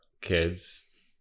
kids